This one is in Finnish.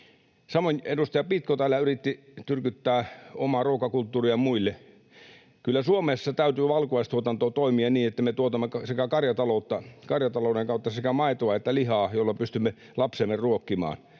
Samoin edustaja Pitko täällä yritti tyrkyttää omaa ruokakulttuuriaan muille. Kyllä Suomessa täytyy valkuaistuotannon toimia niin että me tuotamme karjatalouden kautta sekä maitoa että lihaa, joilla pystymme lapsemme ruokkimaan.